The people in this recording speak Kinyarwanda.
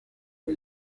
aho